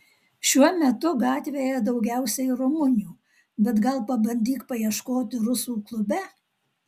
šiuo metu gatvėje daugiausiai rumunių bet gal pabandyk paieškoti rusų klube